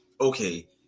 okay